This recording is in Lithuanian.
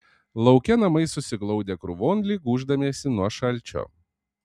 lauke namai susiglaudę krūvon lyg gūždamiesi nuo šalčio